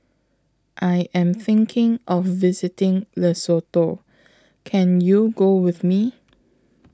I Am thinking of visiting Lesotho Can YOU Go with Me